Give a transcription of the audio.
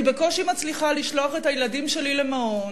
ואני בקושי מצליחה לשלוח את הילדים שלי למעון,